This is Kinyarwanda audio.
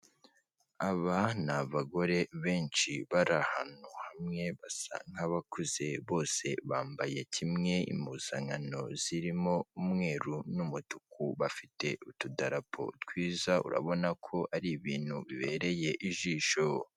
Aba ni abagore benshi, bari ahantu hamwe, basa nk'abakuze, bose bambaye kimwe, impguzankano zirimo umweru n'umutuku, bafite utudarapo twiza, urabona ko ari ibintu bibereye ijisho.